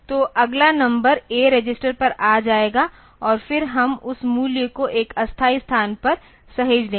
तो अगला number A register पर आ जाएगा और फिर हम उस मूल्य को एक अस्थायी स्थान पर सहेज लेंगे